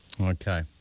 Okay